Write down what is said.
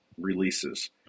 releases